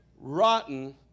rotten